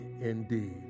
indeed